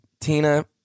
Tina